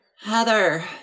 Heather